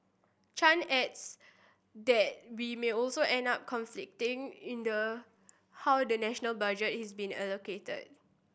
Chan adds that we may also end up conflict in the how the national budget is being allocated